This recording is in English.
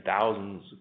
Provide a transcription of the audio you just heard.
thousands